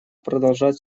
продолжать